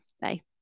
Bye